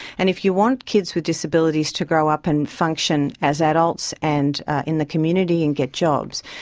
and if you want kids with disabilities to grow up and function as adults and in the community and get jobs,